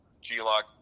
G-Lock